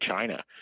China